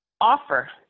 offer